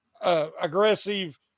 aggressive